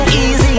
easy